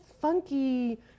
funky